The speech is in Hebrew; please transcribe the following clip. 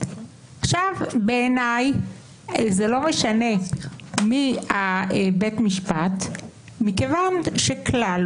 בעיניי זה לא משנה מי בית המשפט מכיוון שכלל